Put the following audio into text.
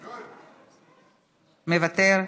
מוותר.